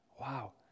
wow